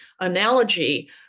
analogy